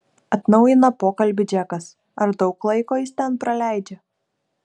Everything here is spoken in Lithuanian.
atnaujina pokalbį džekas ar daug laiko jis ten praleidžia